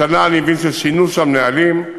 השנה, אני מבין ששינו שם נהלים.